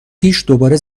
پیش، دوباره